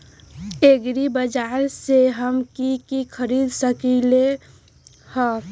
एग्रीबाजार से हम की की खरीद सकलियै ह?